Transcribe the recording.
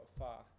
far